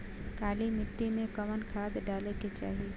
काली मिट्टी में कवन खाद डाले के चाही?